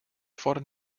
fordern